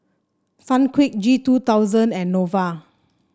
Sunquick G two Thousand and Nova